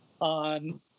on